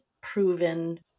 proven